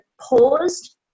paused